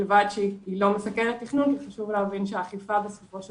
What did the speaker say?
בלבד שהיא לא מסכלת תכנון כי חשוב להבין שהאכיפה בסופו של